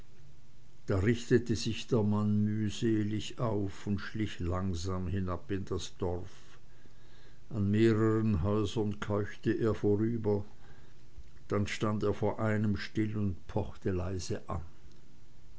da richtete der mann sich mühselig auf und schlich langsam hinab in das dorf an mehreren häusern keuchte er vorüber dann stand er vor einem still und pochte leise an